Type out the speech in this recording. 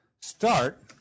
start